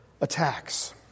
attacks